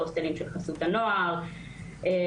הוסטלים של חסות הנוער ועוד.